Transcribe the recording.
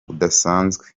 budasanzwe